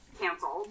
canceled